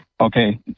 okay